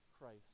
Christ